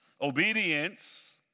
Obedience